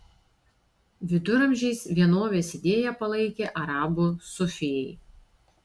viduramžiais vienovės idėją palaikė arabų sufijai